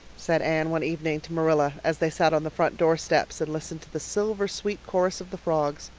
said anne one evening to marilla, as they sat on the front door steps and listened to the silver-sweet chorus of the frogs.